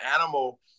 animal